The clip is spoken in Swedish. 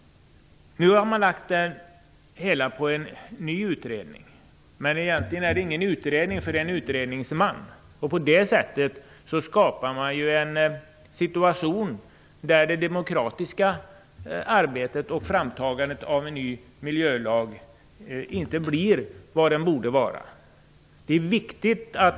Nu har man lagt det hela på en ny utredning. Ja, egentligen är det inte någon utredning. Det är en utredningsman. På det sättet skapar man en situation där det demokratiska arbetet och framtagandet av en ny miljölag inte blir vad de borde vara.